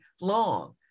long